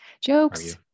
Jokes